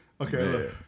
Okay